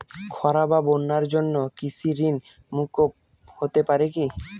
খরা বা বন্যার জন্য কৃষিঋণ মূকুপ হতে পারে কি?